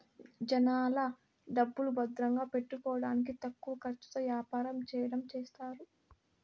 జనాల డబ్బులు భద్రంగా పెట్టుకోడానికి తక్కువ ఖర్చుతో యాపారం చెయ్యడం చేస్తారు